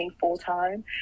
full-time